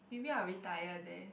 maybe I'll retire there